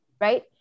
right